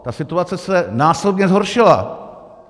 Ta situace se násobně zhoršila.